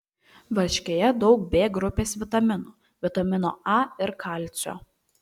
varškėje daug b grupės vitaminų vitamino a ir kalcio